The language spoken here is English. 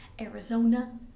arizona